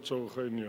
לצורך העניין,